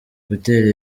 gutera